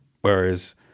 Whereas